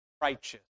Righteous